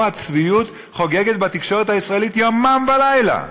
הצביעות חוגגת בתקשורת הישראלית יומם ולילה?